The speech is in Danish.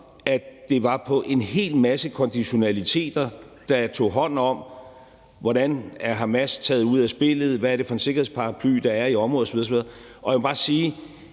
det var på en hel masse konditionaliteter, der tog hånd om, hvordan Hamas tages ud af spillet, hvad det er for en sikkerhedsparaply, der er i området, osv. osv. Jeg vil bare sige,